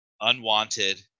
unwanted